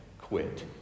quit